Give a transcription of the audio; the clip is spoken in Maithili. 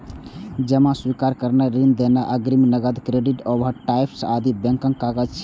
जमा स्वीकार करनाय, ऋण देनाय, अग्रिम, नकद, क्रेडिट, ओवरड्राफ्ट आदि बैंकक काज छियै